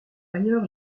ailleurs